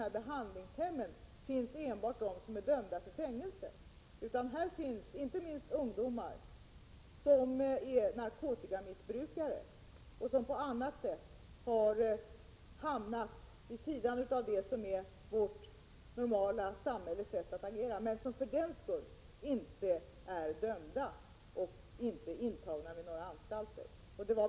Där finns ju inte enbart de som är dömda till fängelse utan även ungdomar som är narkotikamissbrukare och som på annat sätt har hamnat vid sidan av det som är vårt samhälles normala sätt att agera men som inte för den skull är dömda eller intagna vid någon anstalt.